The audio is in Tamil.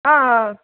ஆ ஆ ஆ